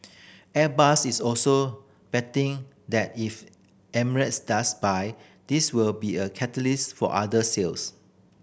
airbus is also betting that if Emirates does buy this will be a catalyst for other sales